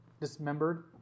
dismembered